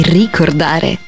ricordare